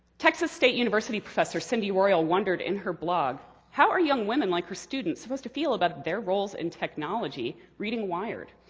texas state university professor cindy royal wondered in her blog how are young women like her students supposed to feel about their roles in technology, reading wired.